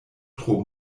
tro